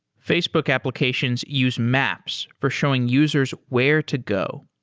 facebook applications use maps for showing users where to go.